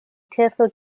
tearful